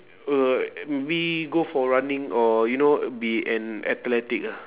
uh maybe go for running or you know be an athletic ah